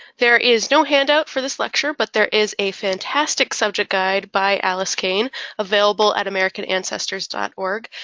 there is no hand-out for this lecture but there is a fantastic subject guide by alice kane available at american ancestors dot org.